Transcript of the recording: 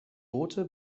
boote